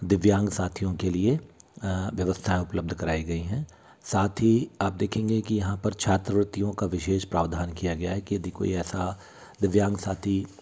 दिव्यांग साथियों के लिए व्यवस्था उपलब्ध कराई गई हैं सात ही आप देखेंगे कि यहाँ पर छात्रवृत्तियों का विशेष प्रावधान किया गया है कि यदि कोई ऐसा दिव्यांग साथी